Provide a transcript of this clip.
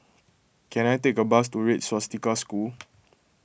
can I take a bus to Red Swastika School